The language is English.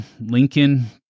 Lincoln